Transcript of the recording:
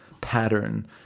pattern